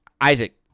Isaac